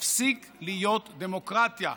מפסיק להיות דמוקרטיה,